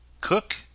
Cook